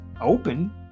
open